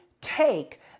take